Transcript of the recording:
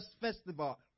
festival